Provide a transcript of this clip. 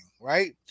right